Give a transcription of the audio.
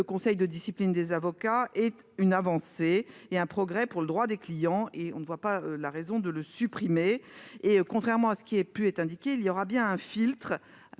conseil de discipline des avocats est une avancée et un progrès pour le droit des clients, et nous ne voyons pas de raison de la supprimer. Contrairement à ce qui a été indiqué, un filtre